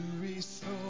restore